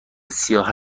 سیاه